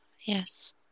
Yes